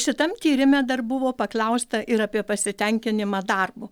šitam tyrime dar buvo paklausta ir apie pasitenkinimą darbu